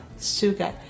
Sugar